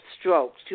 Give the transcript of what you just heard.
strokes